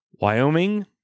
Wyoming